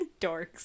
dorks